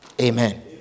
Amen